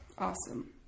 Awesome